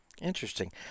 Interesting